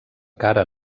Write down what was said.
cara